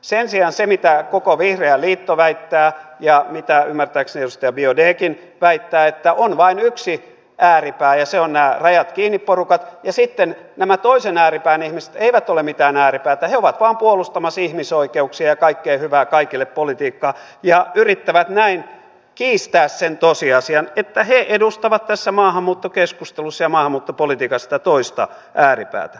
sen sijaan se mitä koko vihreä liitto väittää ja mitä ymmärtääkseni edustaja biaudetkin väittää on että on vain yksi ääripää ja se on nämä rajat kiinni porukat ja sitten nämä toisen ääripään ihmiset eivät ole mitään ääripäätä he ovat vain puolustamassa ihmisoikeuksia ja kaikkea hyvää kaikille politiikkaa ja yrittävät näin kiistää sen tosiasian että he edustavat tässä maahanmuuttokeskustelussa ja maahanmuuttopolitiikassa tätä toista ääripäätä